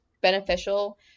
beneficial